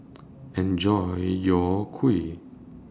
Enjoy your Kuih